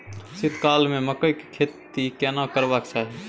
शीत काल में मकई के खेती केना करबा के चाही?